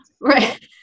right